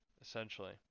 essentially